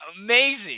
amazing